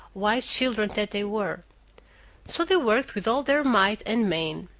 wise children that they were so they worked with all their might and main.